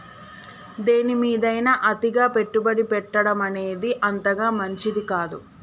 దేనిమీదైనా అతిగా పెట్టుబడి పెట్టడమనేది అంతగా మంచిది కాదు